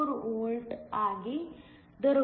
64 volt ಆಗಿ ದೊರಕುತ್ತದೆ